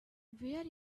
where